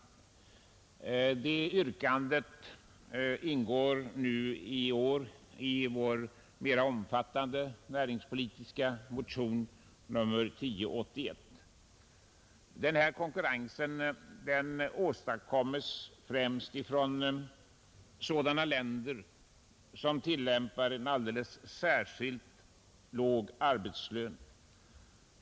Yrkande om åtgärder till förmån för dessa industrier ingår i år i vår mera omfattande näringspolitiska motion nr 1081. Denna konkurrens åstadkommes främst från sådana länder som tillämpar en alldeles särskilt låg arbetslön.